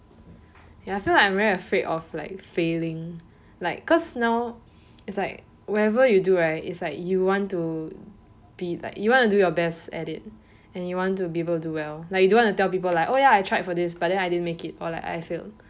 ya I feel like I'm very afraid of like failing like cause now it's like wherever you do right is like you want to be like you want to do your best at it and you want to be able to do well like you don't want to tell people like oh ya I tried for this but then I didn't make it or like I failed